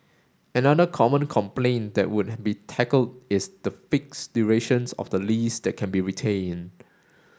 another common complaint that would be tackled is the fixed durations of the lease that can be retained